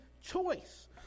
choice